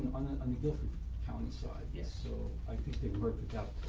on the gulf county side. yes. so i think the